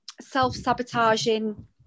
self-sabotaging